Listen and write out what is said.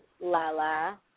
Lala